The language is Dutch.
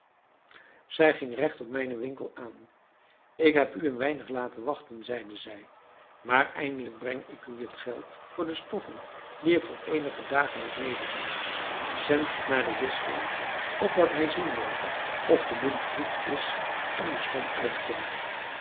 zij ging regt op mijnen winkel aan ik heb u een weinig laten wachten zeide zij maar eindelijk breng ik u het geld voor de stoffen die ik voor eenige dagen heb medegenomen zend het naar den wisselaar opdat hij zien moge of de munt goed is en de som uitkomt